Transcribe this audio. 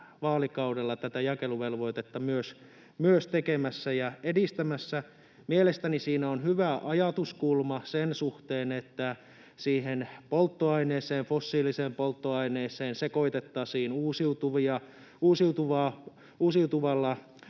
vaalikaudella tätä jakeluvelvoitetta myös tekemässä ja edistämässä. Mielestäni siinä on hyvä ajatuskulma sen suhteen, että siihen fossiiliseen polttoaineeseen sekoitettaisiin uusiutuvalla